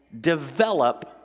develop